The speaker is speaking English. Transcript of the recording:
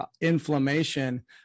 inflammation